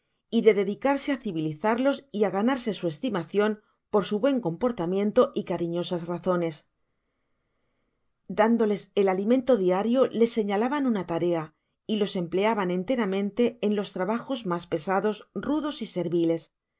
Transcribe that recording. y de dedicarse á civilizarlos y á ganarse su estimacion por su buen comportamiento y cariñosas razones dándoles el alimento diario les señalaban una tarea y los empleaban enteramente en los trabajos mas pesados rudos y serviles